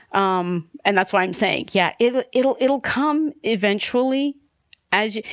um and that's why i'm saying. yeah. it'll it'll it'll come eventually as.